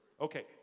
Okay